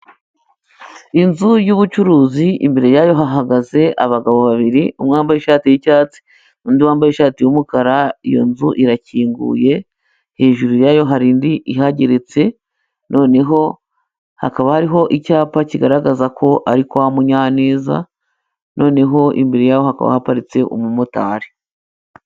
Inzu y'ubucuruzi, imbere yayo hahagaze abagabo babiri, umwe wambaye ishati y'icyatsi undi wambaye ishati y'umukara. Iyo nzu irakinguye, hejuru yayo hari indi ihageretse, noneho hakaba hariho icyapa kigaragaza ko ari kwa Munyaneza, noneho imbere yaho hakaba haparitse umumotari.